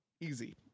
Easy